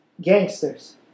Gangsters